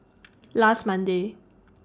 last Monday